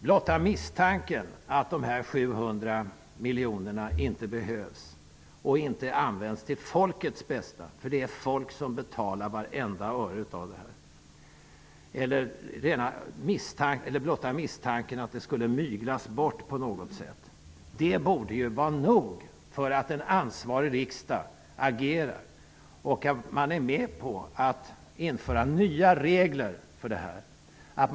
Blotta misstanken om att de här 700 miljonerna -- det är folket som betalar vartenda öre -- inte behövs, inte används till folkets bästa eller skulle myglas bort, borde vara nog för att en ansvarig riksdag skulle agera och införa nya regler för partistödet.